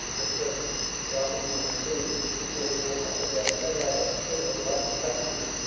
that turns the archimedean screw that lifts the falling water up again, and many other similar delightful fantasies.